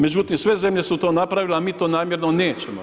Međutim, sve zemlje su to napravile a mi to namjerno nećemo.